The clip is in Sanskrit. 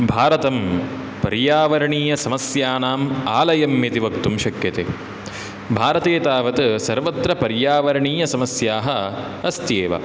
भारतं पर्यावर्णीयसमस्यानाम् आलयम् इति वक्तुं शक्यते भारते तावत् सर्वत्र पर्यावरणीयसमस्याः अस्ति एव